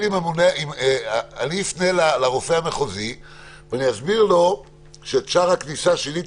אני אפנה לרופא המחוזי ואסביר לו שאת שער הכניסה שיניתי